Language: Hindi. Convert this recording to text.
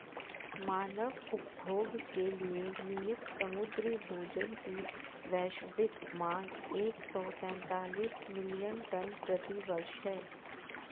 मानव उपभोग के लिए नियत समुद्री भोजन की वैश्विक मांग एक सौ तैंतालीस मिलियन टन प्रति वर्ष है